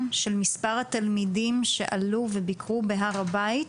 של מספר התלמידים שעלו וביקרו בהר הבית,